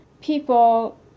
people